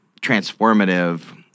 transformative